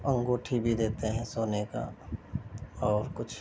انگوٹھی بھی دیتے ہیں سونے کا اور کچھ